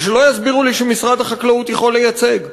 ושלא יסבירו לי שמשרד החקלאות יכול לייצג,